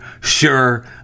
sure